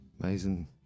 amazing